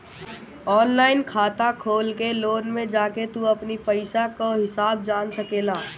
online खाता खोल के लोन में जाके तू अपनी पईसा कअ हिसाब जान सकेला